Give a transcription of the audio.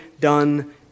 done